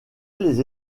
les